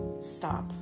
stop